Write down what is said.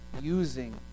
using